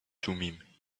thummim